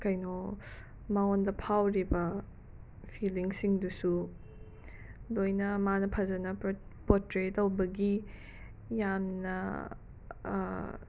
ꯀꯩꯅꯣ ꯃꯉꯣꯟꯗ ꯐꯥꯎꯔꯤꯕ ꯐꯤꯂꯤꯡꯁꯤꯡꯗꯨꯁꯨ ꯂꯣꯏꯅ ꯃꯥꯅ ꯐꯖꯅ ꯄꯣꯇ꯭ꯔꯦ ꯇꯧꯕꯒꯤ ꯌꯥꯝꯅ